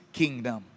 kingdom